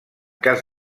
cas